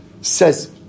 Says